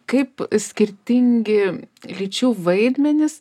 kaip skirtingi lyčių vaidmenys